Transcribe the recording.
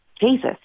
Jesus